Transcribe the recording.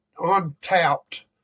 untapped